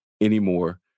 anymore